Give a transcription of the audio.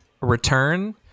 return